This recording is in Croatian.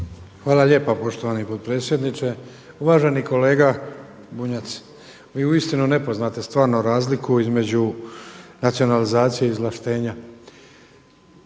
Hvala lijepo poštovani potpredsjedniče. Uvaženi kolega Bunjac, vi uistinu ne poznate stvarno razliku između nacionalizacije i izvlaštenja.